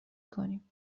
کنیم